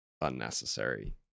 unnecessary